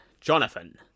Jonathan